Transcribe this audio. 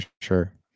sure